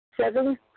Seven